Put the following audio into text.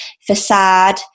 facade